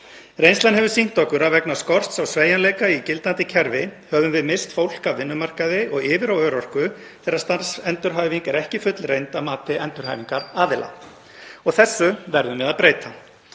Reynslan hefur sýnt okkur að vegna skorts á sveigjanleika í gildandi kerfi höfum við misst fólk af vinnumarkaði og yfir á örorku þegar starfsendurhæfing er ekki fullreynd að mati endurhæfingaraðila. Þessu verðum við að breyta.